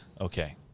Okay